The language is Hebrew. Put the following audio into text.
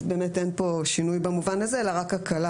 אז באמת אין פה שינוי במובן הזה אלא רק הקלה